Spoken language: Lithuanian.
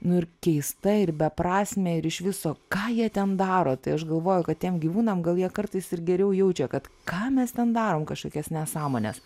nu ir keista ir beprasmė ir iš viso ką jie ten daro tai aš galvoju kad tiem gyvūnam gal jie kartais ir geriau jaučia kad ką mes ten darom kažkokias nesąmones